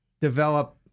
develop